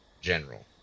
General